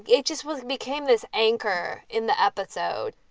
it just was became this anchor in the episode.